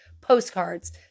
postcards